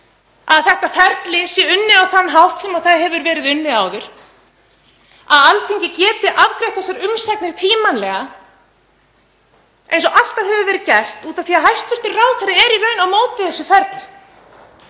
að þetta ferli sé unnið á þann hátt sem það hefur verið unnið áður, að Alþingi geti afgreitt þessar umsagnir tímanlega eins og alltaf hefur verið gert. Hæstv. ráðherra er í raun á móti þessu ferli,